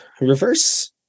reverse